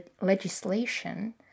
legislation